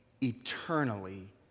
eternally